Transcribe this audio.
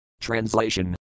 Translation